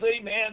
amen